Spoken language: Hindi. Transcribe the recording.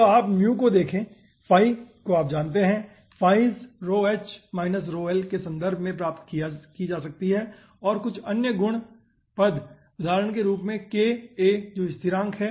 तो आप को देखे जो आप जानते है 's के संदर्भ में प्राप्त की जा सकती है और कुछ अन्य पद उदाहरण के रूप में ka जो स्थिरांक हैं